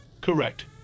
correct